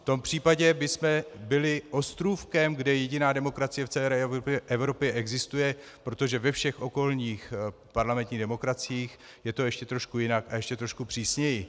V tom případě bychom byli ostrůvkem, kde jediná demokracie v celé Evropě existuje, protože ve všech okolních parlamentních demokraciích je to ještě trochu jinak a ještě trošku přísněji.